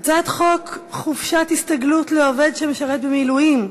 הצעת חוק חופשת הסתגלות לעובד שמשרת במילואים,